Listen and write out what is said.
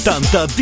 Tanta